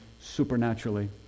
supernaturally